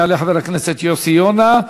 יעלה חבר הכנסת יוסי יונה,